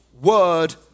Word